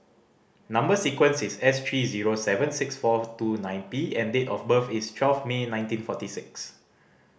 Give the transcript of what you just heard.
number sequence is S three zero seven six four two nine P and date of birth is twelve May nineteen forty six